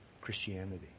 Christianity